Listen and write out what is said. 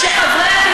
אבל מה את,